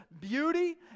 beauty